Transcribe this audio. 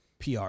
PR